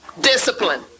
discipline